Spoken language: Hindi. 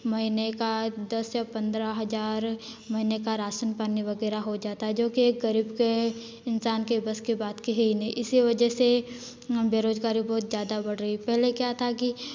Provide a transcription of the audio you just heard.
महीने का दस या पंद्रह हजार महीने का राशन पानी वगैरह हो जाता है जो कि एक गरीब के इंसान के बस की बात की है ही नहीं इसी वजह से बेरोजगारी बहुत ज्यादा बढ़ रही है पहले क्या था कि